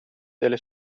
delle